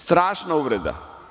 Strašna uvreda.